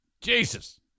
Jesus